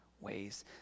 ways